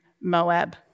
Moab